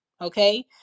okay